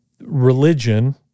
religion